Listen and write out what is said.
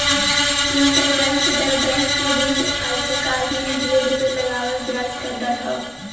interbank दर bank के बीच अल्पकालिक ऋण पे लगावल ब्याज क दर हौ